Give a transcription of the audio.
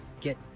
get